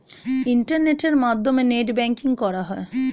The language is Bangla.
ইন্টারনেটের মাধ্যমে নেট ব্যাঙ্কিং করা হয়